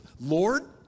Lord